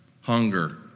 hunger